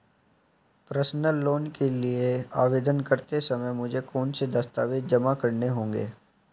Personal loan के लिए आवेदन करते समय मुझे कौन से दस्तावेज़ जमा करने होंगे?